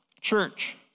Church